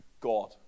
God